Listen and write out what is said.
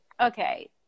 okay